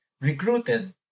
recruited